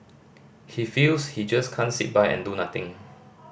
he feels he just can't sit by and do nothing